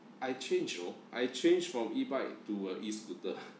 I change you know I changed from e-bike to a e-scooter